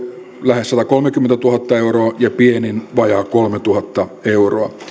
lähes satakolmekymmentätuhatta euroa ja pienin vajaa kolmetuhatta euroa